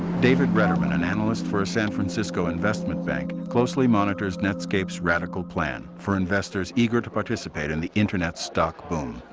david readerman an analyst for san francisco investment bank, closely monitors netscape's radical plan for investors eager to participate in the internet stock boom.